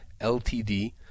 ltd